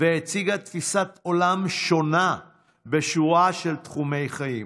והציגה תפיסת עולם שונה בשורה של תחומי חיים,